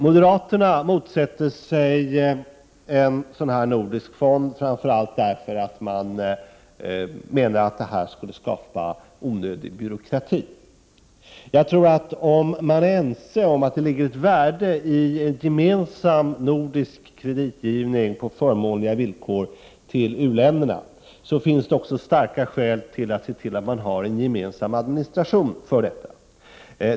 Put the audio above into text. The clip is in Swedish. Moderaterna motsätter sig en sådan här nordisk fond framför allt därför att det skulle skapas onödig byråkrati. Om man är ense om att det ligger ett värde i en gemensam nordisk kreditgivning på förmånliga villkor till u-länderna, tror jag att det finns starka skäl att se till att det finns en gemensam administration för detta.